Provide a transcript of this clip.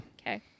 Okay